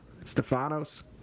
Stefanos